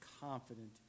confident